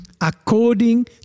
According